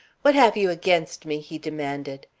what have you against me? he demanded.